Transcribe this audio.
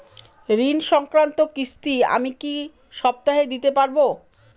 ঋণ সংক্রান্ত কিস্তি আমি কি সপ্তাহে দিতে পারবো?